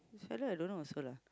this fellow I don't know also lah